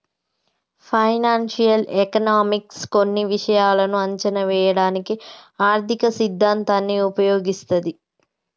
financial economics కొన్ని విషయాలను అంచనా వేయడానికి ఆర్థిక సిద్ధాంతాన్ని ఉపయోగిస్తది